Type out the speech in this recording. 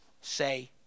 say